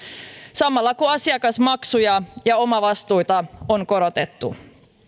samalla kun asiakasmaksuja ja omavastuita on korotettu